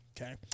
Okay